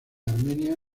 armenia